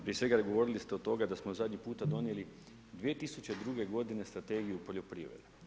Prije svega, govorili ste o tome da smo zadnji puta donijeli 2002. godine strategiju poljoprivrede.